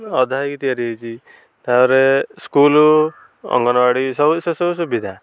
ଅଧା ହୋଇକି ତିଆରି ହୋଇଛି ତାପରେ ସ୍କୁଲ ଅଙ୍ଗନବାଡ଼ି ସେ ସବୁ ସୁବିଧା